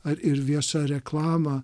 ar ir vieša reklama